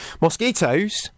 Mosquitoes